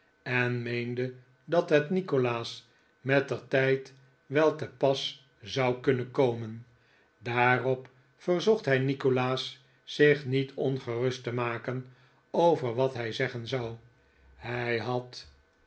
en meende dat het nikolaas mettertijd wel te pas zou kunnen komen daarop verzocht hij nikolaas zich niet ongerust te maken over wat hij zeggen zou hij had